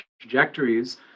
trajectories